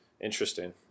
Interesting